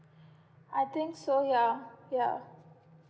I think so ya ya